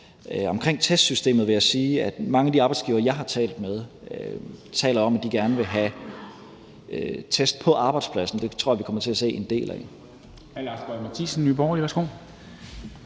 Vedrørende testsystemet vil jeg sige, at mange af de arbejdsgivere, jeg har talt med, taler om, at de gerne vil have test på arbejdspladsen. Det tror jeg vi kommer til at se en del af.